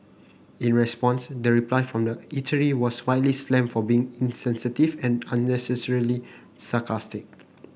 in response the reply from the eatery was widely slammed for being insensitive and unnecessarily sarcastic